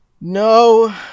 No